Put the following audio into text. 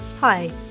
Hi